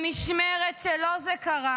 במשמרת שלו זה קרה.